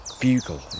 bugle